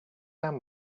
sam